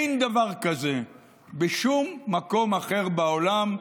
אין דבר כזה בשום מקום אחר בעולם.